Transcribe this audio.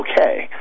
okay